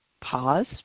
pause